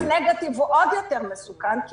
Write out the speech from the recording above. -- אבל ה"פולס נגטיב" הוא עוד יותר מסוכן כי